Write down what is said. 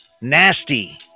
Nasty